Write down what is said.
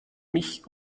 mich